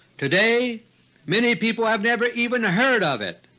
today many people have never even heard of it,